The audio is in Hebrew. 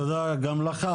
תודה גם לך.